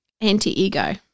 anti-ego